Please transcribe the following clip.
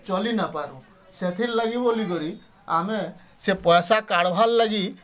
ଚଲି ନ ପାରୁଁ ସେଥିର୍ ଲାଗି ବୋଲିକରି ଆମେ ସେ ପଇସା କାଢ଼ବାର୍ ଲାଗି